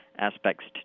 aspects